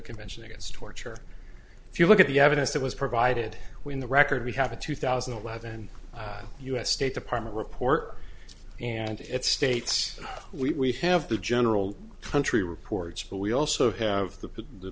convention against torture if you look at the evidence that was provided when the record we have a two thousand and eleven us state department report and it states we have the general country reports but we also have the